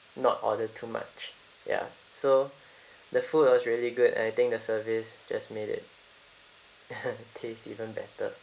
not order too much ya so the food was really good and I think the service just made it taste even better